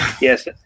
Yes